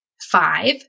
Five